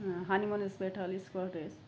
হ honeymoon spot